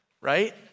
Right